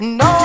no